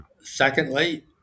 secondly